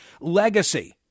legacy